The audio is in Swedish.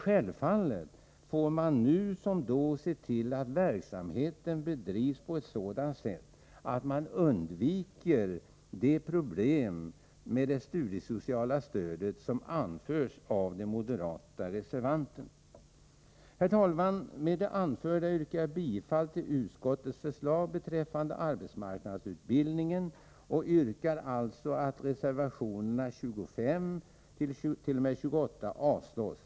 Självfallet får man nu som då se till att verksamheten bedrivs på ett sådant sätt att man undviker de problem med det studiesociala stödet som anförs av de moderata reservanterna. Herr talman! Med det anförda yrkar jag bifall till utskottets förslag beträffande arbetsmarknadsutbildningen och yrkar alltså att reservationerna 25-28 avslås.